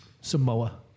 Samoa